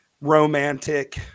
romantic